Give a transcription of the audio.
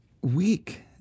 weak